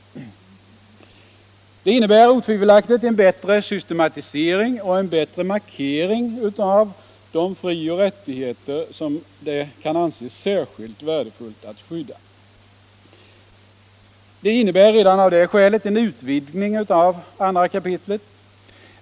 Detta innebär otvivelaktigt en bättre systematisering och en bättre markering av de frioch rättigheter, som det kan anses särskilt värdefullt att skydda. Det innebär redan av detta skäl en utvidgning av andra kapitlet.